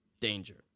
danger